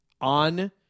on